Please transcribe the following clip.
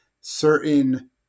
certain